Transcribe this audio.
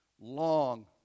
long